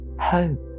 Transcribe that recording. hope